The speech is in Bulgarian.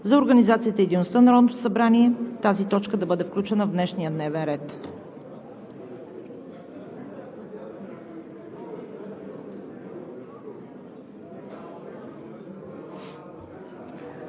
за организацията и дейността на Народното събрание тази точка да бъде включена в днешния дневен ред.